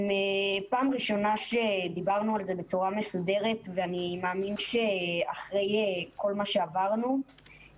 פעם ראשונה שדיברנו על זה בצורה מסודרת ואני מאמין שאחרי כל מה שעברנו,